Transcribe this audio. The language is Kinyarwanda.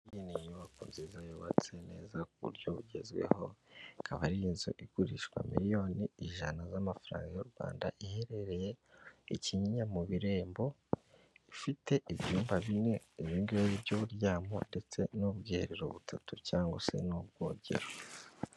Iyi ni inyubako nziza yubatse neza ku buryo bugezweho, ikaba ari inzu igurishwa miriyoni ijana z'amafaranga y'u Rwanda iherereye i Kinyinya mu Birembo. Ifite ibyumba bine ibi ngibi by'uburyamo ndetse n'ubwiherero butatu cyangwa se n'ubwogero.